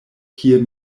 kie